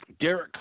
Derek